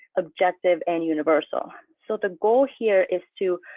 objective and universal. so the goal here is to